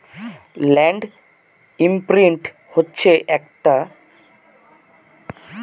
land imprint হচ্ছে একটি যন্ত্র যেটা দিয়ে মাটিতে বীজ পোতা হয়